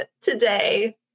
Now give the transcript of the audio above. today